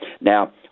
Now